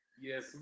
Yes